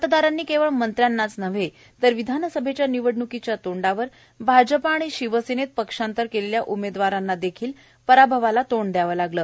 मतदारांनी केवळ मंत्र्यांनाच नव्हे तर विधानसभेच्या निवडण्कीच्या तोंडावर भाजपा आणि षिवसेनेत पक्षांतर केलेल्या उमेदवारांनादेखील पराभव सहन करावा लागला